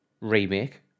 remake